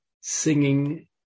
singing